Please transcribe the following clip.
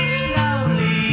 slowly